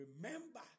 Remember